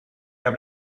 arab